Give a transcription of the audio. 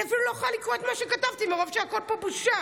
אני אפילו לא יכולה לקרוא את מה שכתבתי מרוב שהכול פה בושה.